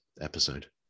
episode